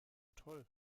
toll